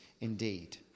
indeed